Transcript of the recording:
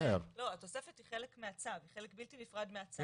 התוספת היא חלק בלתי נפרד מהצו.